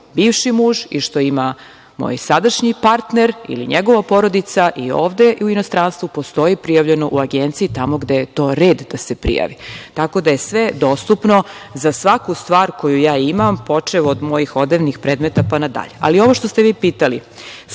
bivši muž i što ima moj sadašnji partner ili njegova porodica i ovde i u inostranstvu, postoji prijavljeno u agenciji, tamo gde je to red da se prijavi. Tako da je sve dostupno, za svaku stvar koju ja imam, počev od mojih odevnih predmeta, pa nadalje. Ali, ovo što ste vi pitali,